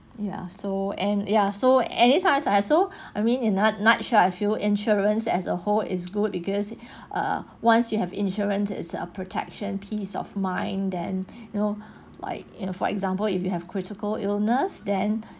ya so and ya so at this times I so I mean in a nut nutshell I feel insurance as a whole is good because err once you have insurance is a protection peace of mind then you know like you know for example if you have critical illness then